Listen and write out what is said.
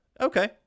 Okay